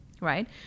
Right